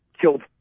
Killed